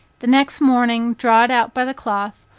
the next morning draw it out by the cloth,